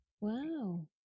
wow